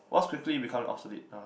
what's quickly become an obsolete uh